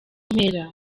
mpera